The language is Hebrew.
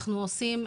אנחנו עושים,